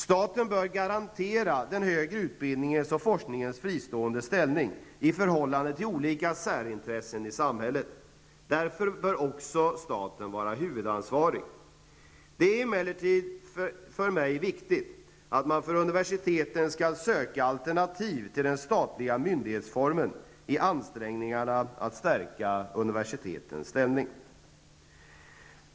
Staten bör garantera den högre utbildningens och forskningens fristående ställning i förhållande till olika särintressen i samhället. Därför bör också staten vara huvudansvarig. Det är emellertid för mig viktigt att man för universiteten skall söka alternativ till den statliga myndighetsformen i ansträngningarna att stärka universitetens ställning.